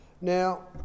Now